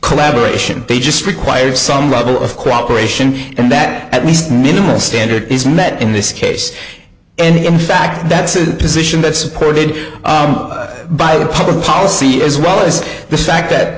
collaboration they just require some level of cooperation and that at least minimal standard is met in this case and in fact that's a position that supported by the public policy as well as the fact that